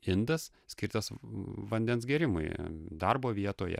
indas skirtas vandens gėrimui darbo vietoje